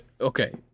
okay